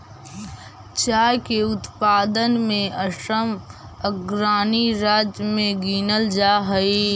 चाय के उत्पादन में असम अग्रणी राज्य में गिनल जा हई